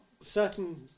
certain